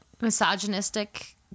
misogynistic